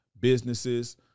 businesses